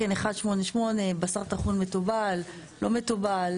סעיף קטן (ג) - בטל; (ד) בסופו יבוא: